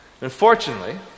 Unfortunately